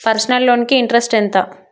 Personal loan కి interest ఎంత?